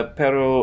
pero